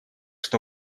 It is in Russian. что